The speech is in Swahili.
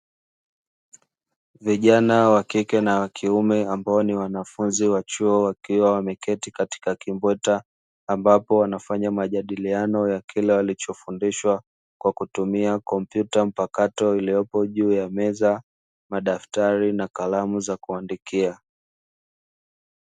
Vijana wa kike na wa kiume ambao ni wanafunzi wa chuo wakiwa wameketi katika kimbweta, ambapo wanafanya majadiliano ya kila walichofundishwa kwa kutumia kompyuta mpakato iliyopo juu ya meza madaftari na kalamu za kuandikia.